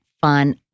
fun